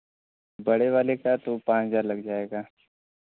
बड़े वाले का तो पाँच हज़ार लग जाएगा